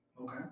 Okay